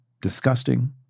disgusting